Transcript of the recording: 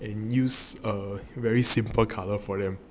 and use a very simple colour for them